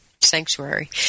sanctuary